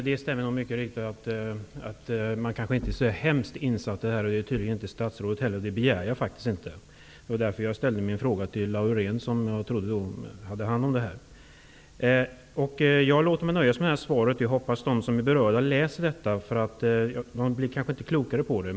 Fru talman! Det stämmer nog att jag kanske inte är så insatt i detta. Det är tydligen inte statsrådet heller, och det begär jag faktiskt inte. Jag ställde min fråga till Reidunn Laurén, eftersom jag trodde att hon hade hand om detta. Jag låter mig nöja med detta svar. Jag hoppas att de som är berörda läser det. De blir kanske inte klokare av det.